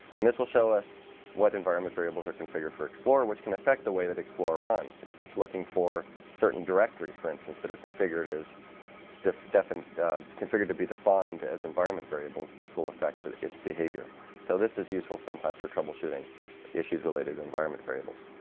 and this will show us what environment variables are configured for explorer which can affect the way that explorer runs if it's looking for certain directories for instance that are configured as definite definite configured to be defined as environment variables. this will affect its behavior so this is useful sometimes for troubleshooting issues related to environment variables